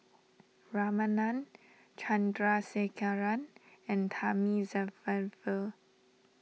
Ramanand Chandrasekaran and Thamizhavel